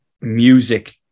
music